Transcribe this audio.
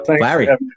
Larry